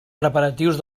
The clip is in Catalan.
preparatius